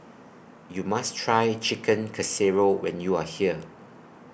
YOU must Try Chicken Casserole when YOU Are here